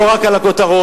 לא רק על הכותרות,